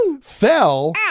fell